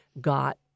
got